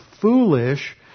foolish